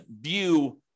view